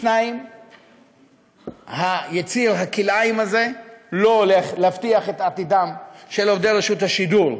2. יציר הכלאיים הזה לא יבטיח את עתידם של עובדי רשות השידור.